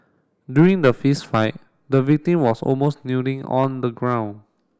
during the fist fight the victim was almost kneeling on the ground